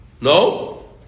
No